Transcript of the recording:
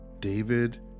David